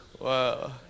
Wow